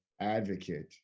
advocate